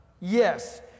Yes